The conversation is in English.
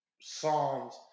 Psalms